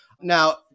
Now